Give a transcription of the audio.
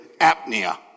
apnea